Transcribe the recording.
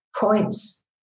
points